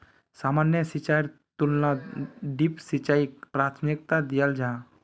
सामान्य सिंचाईर तुलनात ड्रिप सिंचाईक प्राथमिकता दियाल जाहा